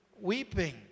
weeping